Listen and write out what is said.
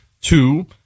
Two